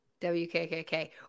WKKK